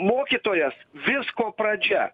mokytojas visko pradžia